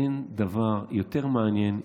אין דבר יותר מעניין,